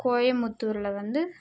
கோயமுத்தூரில் வந்து